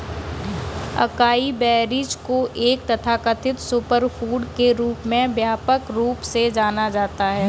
acai berries को एक तथाकथित सुपरफूड के रूप में व्यापक रूप से जाना जाता है